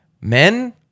Men